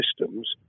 systems